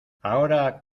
ahora